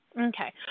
Okay